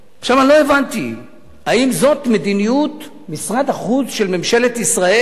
אני לא הבנתי אם זאת מדיניות משרד החוץ של ממשלת ישראל.